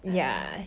I don't know